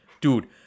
dude